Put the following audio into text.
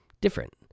different